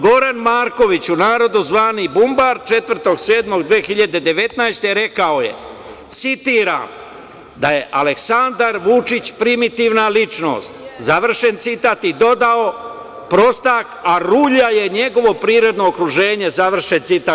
Goran Marković, u narodu zvani „bumbar“, 4.7.2019. godine rekao je, citiram : „Da je Aleksandar Vučić primitivna ličnost“, završen citat, i dodao: „Prostak, a rulja je njegovo prirodno okruženje“, završen citat.